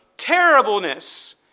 terribleness